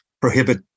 prohibit